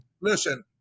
Listen